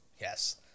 yes